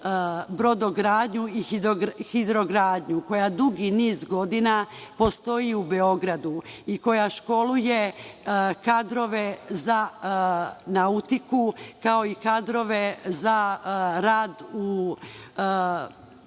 brodogradnju i hidrogradnju, koja dugi niz godina postoji u Beogradu i koja školuje kadrove za nautiku, kao i kadrove za tehnički rad